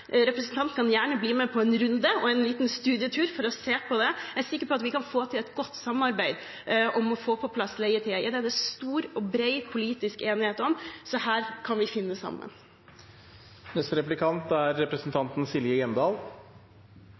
Representanten kan gjerne bli med på en runde og en liten studietur for å se på det. Jeg er sikker på at vi kan få til et godt samarbeid om å få på plass leie-til-eie. Det er det stor og bred politisk enighet om, så her kan vi finne sammen. Representanten